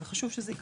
חשוב שזה יקרה.